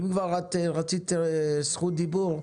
אם כבר רצית זכות דיבור,